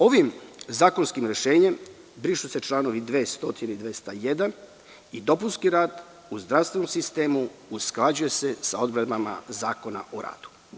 Ovim zakonskim rešenjem brišu se članovi 200. i 201. i dopunski rad u zdravstvenom sistemu usklađuje se sa odredbama Zakona o radu.